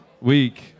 week